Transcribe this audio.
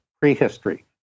prehistory